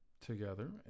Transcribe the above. Together